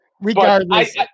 Regardless